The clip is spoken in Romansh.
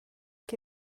che